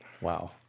Wow